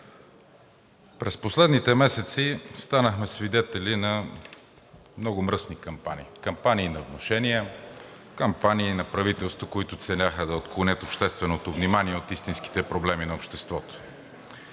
През последните месеци станахме свидетели на много мръсни кампании – кампании на внушения, кампании на правителства, които целяха да отклонят общественото внимание от истинските проблеми на обществото.